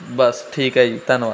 ਬਸ ਠੀਕ ਹੈ ਜੀ ਧੰਨਵਾਦ